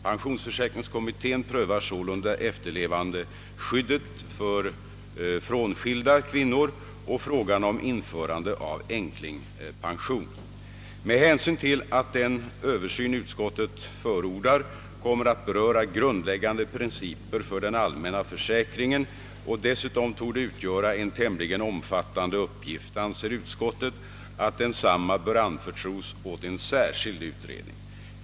Pensionsförsäkringskommittén prövar sålunda efterlevandeskyddet för frånskilda kvinnor och frågan om införande av änklingspension. Med hänsyn till att den översyn utskottet förordar kommer att beröra grundläggande principer för den allmänna försäkringen och dessutom torde utgöra en tämligen omfattande uppgift anser utskottet att densamma bör anförtros åt en särskild utredning.